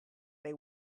they